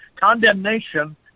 condemnation